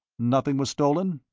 nothing was stolen?